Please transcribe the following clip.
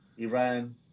Iran